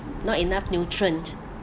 not enough nutrient